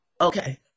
Okay